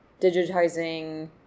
digitizing